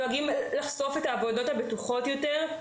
דואגים לחשוף את העבודות הבטוחות יותר,